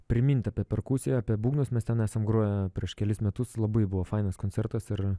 primint apie perkusiją apie būgnus mes ten esam groję prieš kelis metus labai buvo fainas koncertas ir